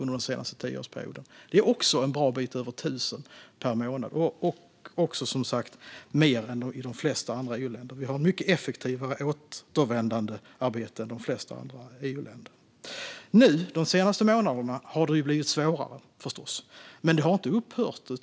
Det är också en bra bit över 1 000 per månad och, som sagt, mer än i de flesta andra EU-länder. Vi har ett mycket effektivare återvändandearbete än de flesta andra EU-länder. Under de senaste månaderna har det förstås blivit svårare, men utresorna har inte upphört.